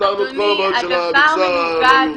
פתרנו את כל הבעיות של המגזר הלא יהודי,